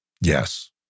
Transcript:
yes